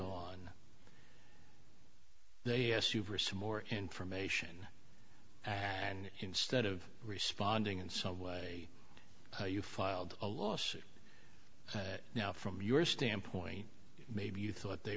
have super some more information and instead of responding in some way you filed a lawsuit now from your standpoint maybe you thought they